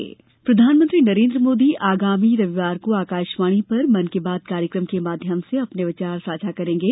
मन की बात प्रधानमंत्री नरेंद्र मोदी आगामी रविवार को आकाशवाणी पर मन की बात कार्यक्रम के माध्यम से अपने विचार साझा करेंगे